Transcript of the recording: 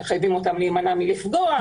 הם מחייבים אותם להימנע מלפגוע.